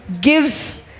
gives